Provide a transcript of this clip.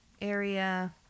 area